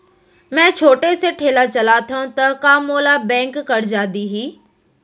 मैं छोटे से ठेला चलाथव त का मोला बैंक करजा दिही?